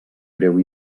greu